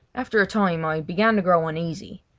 after a time i began to grow uneasy.